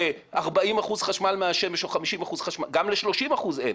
ל-40 אחוזים חשמל מהשמש או 50 אחוזים חשמל מהשמש.